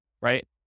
right